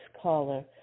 caller